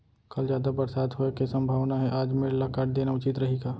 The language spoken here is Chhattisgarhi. कल जादा बरसात होये के सम्भावना हे, आज मेड़ ल काट देना उचित रही का?